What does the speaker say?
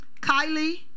Kylie